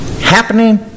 happening